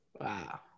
Wow